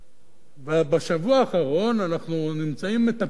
בשבוע האחרון אנחנו מטפלים במקרה